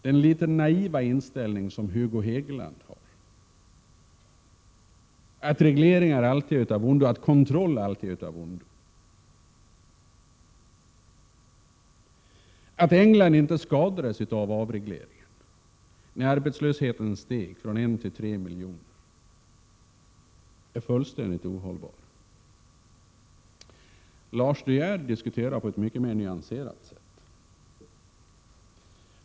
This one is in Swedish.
Det är en litet naiv inställning som Hugo Hegeland har, att regleringar och kontroller alltid är av ondo. Att England inte skadades av avregleringen när arbetslösheten steg från en till tre miljoner arbetslösa är ett fullständigt ohållbart påstående. Lars De Geer diskuterar på ett mycket mer nyanserat sätt.